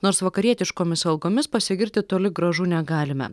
nors vakarietiškomis algomis pasigirti toli gražu negalime